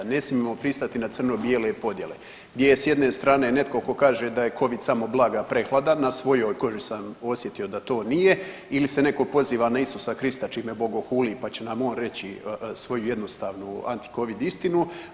Ne smijemo pristati na crno bijele podjele, gdje je s jedne strane netko tko kaže da je covid samo blaga preglada, na svojoj koži sam osjetio da to nije ili se netko poziva na Isusa Krista čime bogohuli pa će nam on reći svoju jednostavnu anti covid istinu.